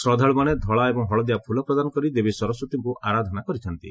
ଶ୍ରଦ୍ଧାଳୁମାନେ ଧଳା ଏବଂ ହଳଦିଆ ଫୁଲ ପ୍ରଦାନ କରି ଦେବୀ ସରସ୍ୱତୀଙ୍କୁ ଆରାଧନା କରିଥା'ନ୍ତି